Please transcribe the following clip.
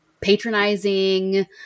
patronizing